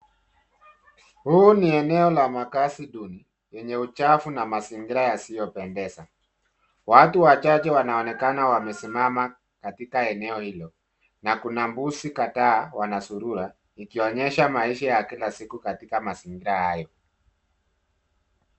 Hii ni eneo la makaazi duni yenye uchafu na mazingira yasiyopendeza. Watu wachache wanaonekana wamesimama kwenye eneo hilo na kuna mbuzi kadhaa wanazurura ikionyesha maisha ya kila siku katika mazingira hayo.